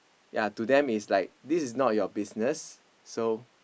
ya to them is like this is not your business so